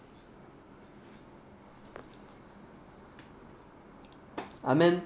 I mean